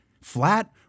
flat